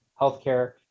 healthcare